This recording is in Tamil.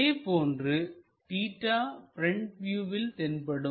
அதேபோன்று தீட்டா ப்ரெண்ட் வியூவில் தென்படும்